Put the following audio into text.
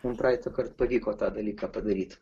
mum praeitą kartą pavyko tą dalyką padaryt